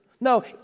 No